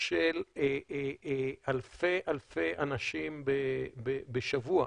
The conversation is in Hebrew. של אלפי אלפי אנשים בשבוע,